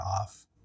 off